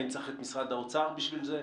האם צריך את משרד האוצר בשביל זה?